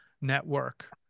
network